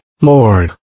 Lord